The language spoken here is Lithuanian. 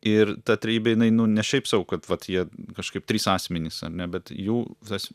ir ta trejybė jinai nu ne šiaip sau kad vat jie kažkaip trys asmenys ar ne bet jų tas